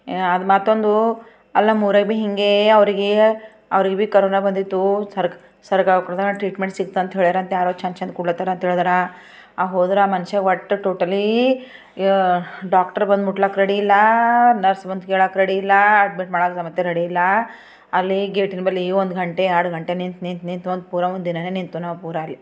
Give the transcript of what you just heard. ಅದು ಮತ್ತೊಂದು ಅಲ್ಲಿ ನಮ್ಮ ಊರಾಗ ಭೀ ಹೀಗೆ ಅವ್ರಿಗೆ ಅವ್ರಿಗೆ ಭೀ ಕೊರೋನ ಬಂದಿತ್ತು ಸರ್ಕಾರ ಟ್ರೀಟ್ಮೆಂಟ್ ಸಿಗುತ್ತಂತ ಹೇಳ್ಯಾರಂತ ಯಾರೋ ಚಂದ ಚಂದ ಕೊಡ್ಲತ್ತಾರ ಅಂತ ಹೇಳಿದ್ದಾರೆ ಆ ಹೋದ್ರೆ ಆ ಮನುಷ್ಯ ಒಟ್ಟು ಟೋಟಲೀ ಡಾಕ್ಟ್ರ್ ಬಂದು ಮುಟ್ಲಕ್ಕ ರೆಡಿ ಇಲ್ಲ ನರ್ಸ್ ಬಂದು ಕೇಳಾಕ ರೆಡಿ ಇಲ್ಲ ಅಡ್ಮಿಟ್ ಮಾಡೋಕೆ ಸಮೇತ ರೆಡಿ ಇಲ್ಲ ಅಲ್ಲಿ ಗೇಟಿನ ಬಳಿ ಒಂದು ಗಂಟೆ ಎರಡು ಗಂಟೆ ನಿಂತು ನಿಂತು ನಿಂತು ಒಂದು ಪೂರ ಒಂದು ದಿನಾನೆ ನಿಂತು ನಾವು ಪೂರಾ ಅಲ್ಲಿ